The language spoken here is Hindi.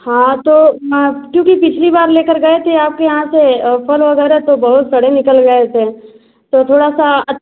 हाँ तो क्यूँकि पिछली बार लेकर गए थे आपके यहाँ से फल वगैरह तो बहुत सड़े निकल गए थे तो थोड़ा सा अच्छा